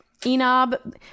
Enob